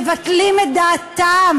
מבטלים את דעתם